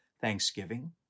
Thanksgiving